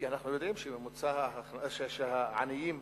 כי אנחנו יודעים שמספר העניים